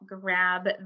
grab